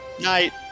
Night